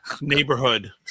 neighborhood